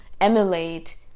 emulate